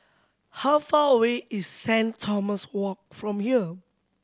how far away is Saint Thomas Walk from here